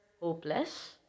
hopeless